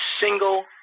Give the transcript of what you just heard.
single –